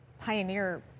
pioneer